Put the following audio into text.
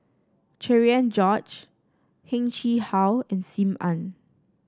Cherian George Heng Chee How and Sim Ann